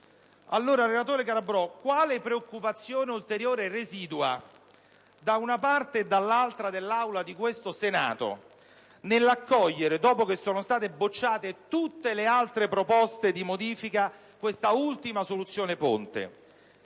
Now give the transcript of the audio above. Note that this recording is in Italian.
le chiediamo dunque quale preoccupazione ulteriore residui, da una parte e dell'altra di questo Senato, nell'accogliere, dopo che sono state bocciate tutte le altre proposte di modifica, quest'ultima soluzione ponte.